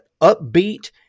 upbeat